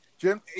Jim